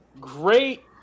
great